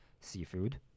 seafood